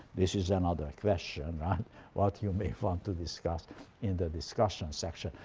this is another question right what you may want to discuss in the discussion section.